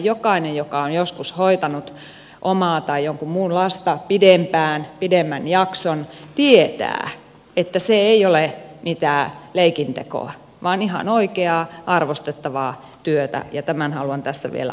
jokainen joka on joskus hoitanut omaa tai jonkun muun lasta pidempään pidemmän jakson tietää että se ei ole mitään leikintekoa vaan ihan oikeaa arvostettavaa työtä ja tämän haluan tässä vielä alleviivaten sanoa